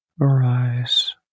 arise